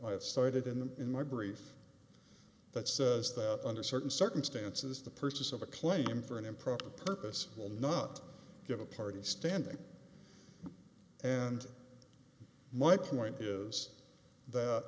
i have cited in the in my brief that says that under certain circumstances the purchase of a claim for an improper purpose will not give a party standing and my point is that